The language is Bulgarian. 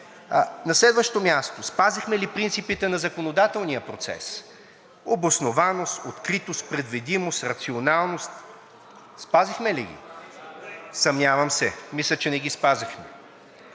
На следващо място, спазихме ли принципите на законодателния процес – обоснованост, откритост, предвидимост, рационалност, спазихме ли ги?! Съмнявам се. Мисля, че не ги спазихме.